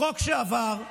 החוק שעבר,